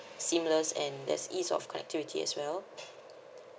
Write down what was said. seamless and there's ease of connectivity as well